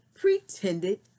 pretended